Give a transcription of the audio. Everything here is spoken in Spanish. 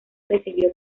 recibió